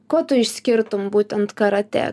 kuo tu išskirtum būtent karatė